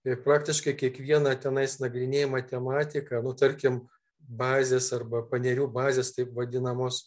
ir praktiškai kiekviena tenais nagrinėjama tematika tarkim bazės arba panerių bazės taip vadinamos